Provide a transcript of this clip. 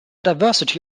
diversity